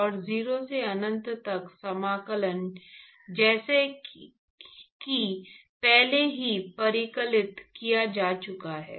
और 0 से अनंत तक समाकलन जैसा कि पहले ही परिकलित किया जा चुका है